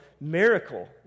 miracle